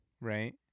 right